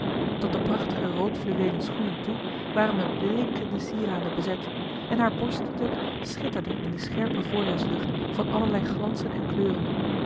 tot de prachtige roodfluweelen schoenen toe waren met blinkende sieraden bezet en haar borststuk schitterde in de scherpe voorjaarslucht van allerlei glansen en kleuren